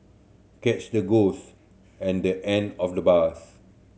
catch the ghost at the end of the bus